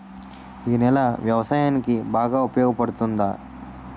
ఈ నేల వ్యవసాయానికి బాగా ఉపయోగపడుతుందా?